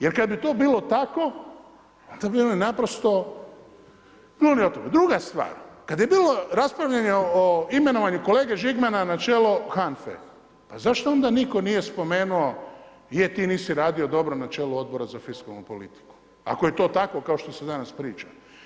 Jer kada bi to bilo tako onda bi oni naprosto … Druga stvar, kada je bilo raspravljanje o imenovanju kolege Žigmana na čelo HANFA-e, pa zašto onda nikada nije spomenuo je ti nisi radio dobro na čelu Odbora za fiskalnu politiku, ako je to tako kao što se danas priča?